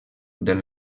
del